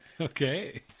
Okay